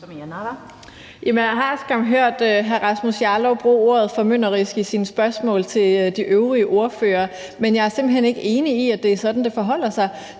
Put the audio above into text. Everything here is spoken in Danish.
jeg har skam hørt hr. Rasmus Jarlov bruge ordet formynderisk i sine spørgsmål til de øvrige ordførere, men jeg er simpelt hen ikke er enig i, at det er sådan, det forholder sig.